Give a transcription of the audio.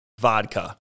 vodka